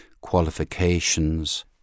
qualifications